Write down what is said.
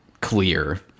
clear